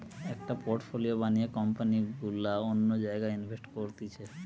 একটা পোর্টফোলিও বানিয়ে কোম্পানি গুলা অন্য জায়গায় ইনভেস্ট করতিছে